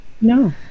No